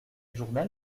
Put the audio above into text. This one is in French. journal